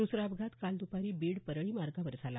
दसरा अपघात काल दपारी बीड परळी मार्गावर झाला